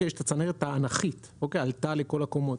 יש את הצנרת האנכית שעלתה לכל הקומות,